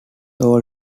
all